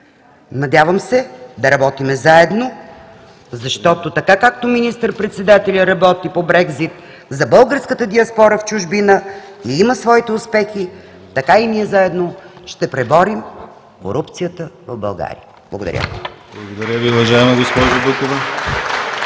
Надявам се да работим заедно, защото така както министър-председателят работи по Брекзит за българската диаспора в чужбина и има своите успехи, така и ние заедно ще преборим корупцията в България. Благодаря